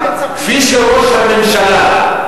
כפי שראש הממשלה,